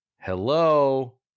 Hello